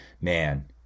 man